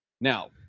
Now